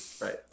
Right